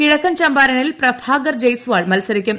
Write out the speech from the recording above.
കിഴക്കൻ ചമ്പാരനിൽ പ്രഭാകർ ജയ്സ്വാൾ മത്സരിക്കും